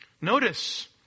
Notice